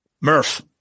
Murph